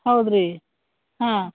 ಹೌದು ರೀ ಹಾಂ